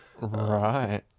Right